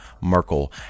Merkel